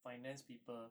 finance people